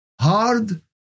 hard